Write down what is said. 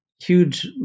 Huge